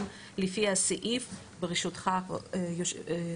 מיום ט' בניסן התשפ"ג (31 במרס 2023),